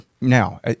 now